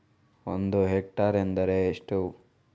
ಒಂದು ಹೆಕ್ಟೇರ್ ಎಂದರೆ ಎಷ್ಟು?